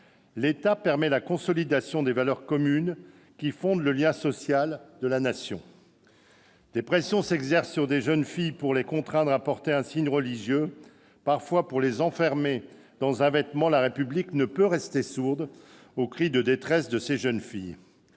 L'État permet la consolidation des valeurs communes qui fondent le lien social dans notre pays. » Des pressions s'exercent sur des jeunes filles pour les contraindre à porter un signe religieux, parfois pour les enfermer dans un vêtement. La République ne peut rester sourde à leurs cris de détresse. Aujourd'hui,